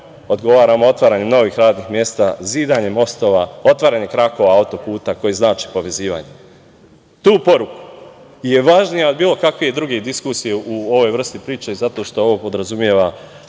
odgovaramo otvaranjem novim radnih mesta, zidanjem mostova, otvaranjem krakova auto-puta, koji znači povezivanje. Ta poruka je važnija od bilo kakve druge diskusije u ovoj vrsti priče, zato što ovo podrazumeva,